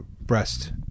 breast